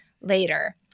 later